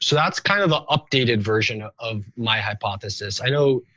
so that's kind of the updated version of my hypothesis. i know,